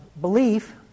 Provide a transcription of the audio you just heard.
belief